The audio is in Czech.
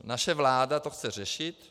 Naše vláda to chce řešit.